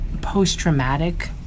post-traumatic